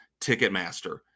Ticketmaster